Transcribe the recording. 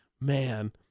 Man